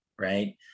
Right